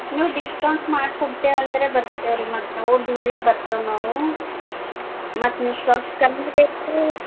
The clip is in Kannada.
ನೀವು ಡಿಸ್ಕೌಂಟ್ ಮಾಡಿ ಕೊಡ್ತೇವೆ ಅಂದರೆ ಬರ್ತೇವೆರಿ ಮತ್ತು ನಾವು ದೂರಿಂದ ಬರ್ತೆವೆ ನಾವು ಮತ್ತು ನೀವು ಸ್ವಲ್ಪ ಕಮ್ಮಿ ರೇಟು